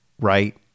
right